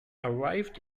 arrived